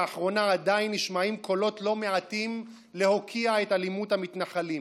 לאחרונה עדיין נשמעים קולות לא מעטים להוקיע את אלימות המתנחלים.